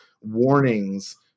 warnings